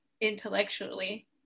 intellectually